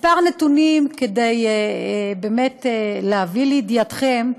כמה נתונים, כדי באמת להביא לידיעתכם.